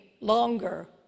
longer